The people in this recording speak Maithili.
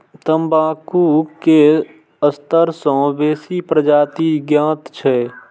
तंबाकू के सत्तर सं बेसी प्रजाति ज्ञात छै